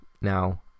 now